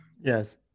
Yes